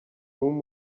room